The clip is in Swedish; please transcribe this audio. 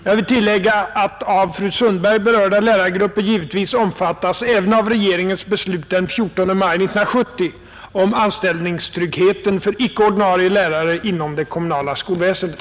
Jag vill tillägga att av fru Sundberg berörda lärargrupper givetvis omfattas även av regeringens beslut den 14 maj 1970 om anställningstryggheten för icke ordinarie lärare inom det kommunala skolväsendet.